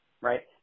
right